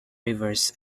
rivers